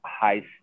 high